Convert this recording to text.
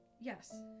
Yes